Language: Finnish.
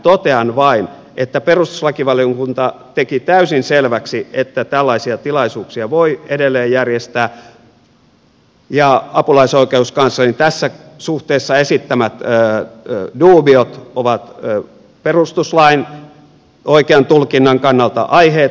totean vain että perustuslakivaliokunta teki täysin selväksi että tällaisia tilaisuuksia voi edelleen järjestää ja apulaisoikeuskanslerin tässä suhteessa esittämät duubiot ovat perustuslain oikean tulkinnan kannalta aiheettomia